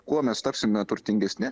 kuo mes tapsime turtingesni